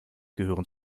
gehören